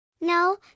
No